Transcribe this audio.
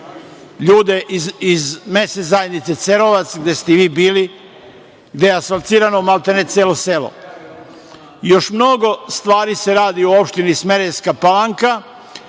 Ljude iz mesne zajednice Cerovac, gde ste i vi bili, gde je asfaltirano maltene celo selo. Još mnogo stvari se radi u opštini Smederevska Palanka,